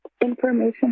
information